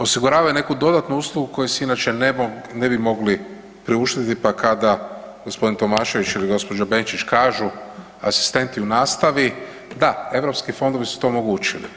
Osiguravaju neku dodatnu uslugu koju si inače ne bi mogli priuštiti pa kada g. Tomešević ili gđa. Benčić kažu, asistenti u nastavi, da, EU fondovi su to omogućili.